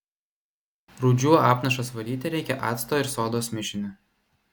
rūdžių apnašas valyti reikia acto ir sodos mišiniu